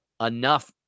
enough